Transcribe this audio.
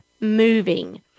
moving